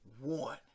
one